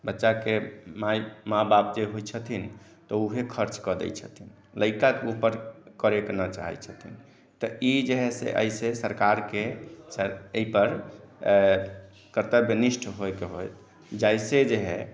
बच्चा के माय माँ बाप जे होइ छथिन तऽ उहे खर्च कऽ दै छथिन लड़का के ऊपर करय के न चाहै छथिन तऽ ई जे है से एहि से सरकार के एहि पर कर्तव्यनिष्ठ होइ के होइ जैसे जे है